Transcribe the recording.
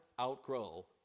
outgrow